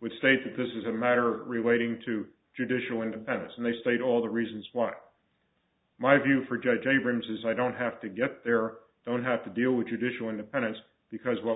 which states that this is a matter relating to judicial independence and they state all the reasons why my view for judge abrams is i don't have to get there don't have to deal with judicial independence because what